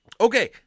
Okay